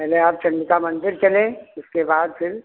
पहले आप चंडिका मंदिर चलें उसके बाद फिर